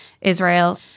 Israel